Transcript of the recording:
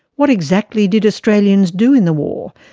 what exactly did australians do in the war?